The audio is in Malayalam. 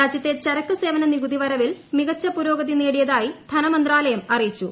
രാജ്യത്തെ ചരക്ക് പ്രസ്ഗവന നികുതി വരവിൽ മികച്ച പുരോഗതി നേടിയതായി ധനമിന്റെട്ടാല്യം അറിയിച്ചു